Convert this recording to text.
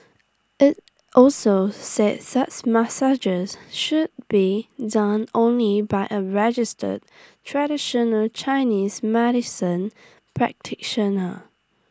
IT also say such massages should be done only by A registered traditional Chinese medicine practitioner